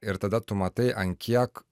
ir tada tu matai ant kiek